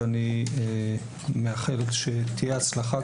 ואני מאחל שתהיה הצלחה,